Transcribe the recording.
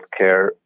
healthcare